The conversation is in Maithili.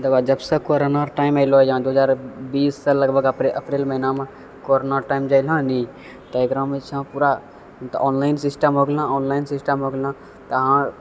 देखौँ जबसँ कोरोना टाइम एलहुँ इहाँ दू हजार बीससँ लगभग अप अप्रैल महीनामे कोरोना टाइम जहिना एलहुँ तकरामे सँ पूरा ऑनलाइन सिस्टम हो गेलहुँ ऑनलाइन सिस्टम हो गेलहुँ तऽ